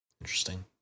Interesting